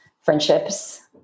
friendships